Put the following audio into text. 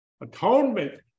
Atonement